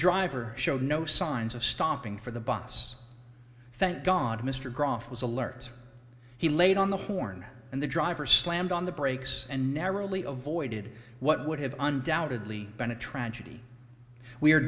driver showed no signs of stopping for the bus thank god mr groff was alert he laid on the horn and the driver slammed on the brakes and narrowly avoided what would have undoubtedly been a tragedy we're